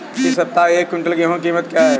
इस सप्ताह एक क्विंटल गेहूँ की कीमत क्या है?